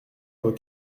vos